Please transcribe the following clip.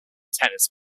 tennis